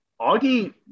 Augie